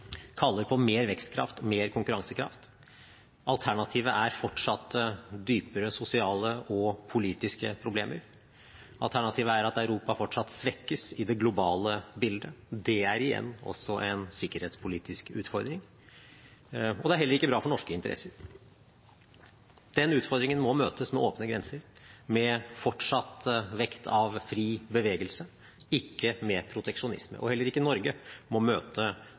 kaller på mer vekstkraft og mer konkurransekraft. Alternativet er fortsatte dypere sosiale og politiske problemer. Alternativet er at Europa fortsatt svekkes i det globale bildet. Det er igjen også en sikkerhetspolitisk utfordring, og det er heller ikke bra for norske interesser. Den utfordringen må møtes med åpne grenser, med fortsatt vekt på fri bevegelse – ikke med proteksjonisme. Heller ikke Norge må møte